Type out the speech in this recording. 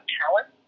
talent